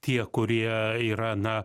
tie kurie yra na